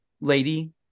lady